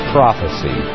Prophecy